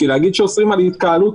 כי להגיד שאוסרים על התקהלות,